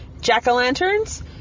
Jack-o'-lanterns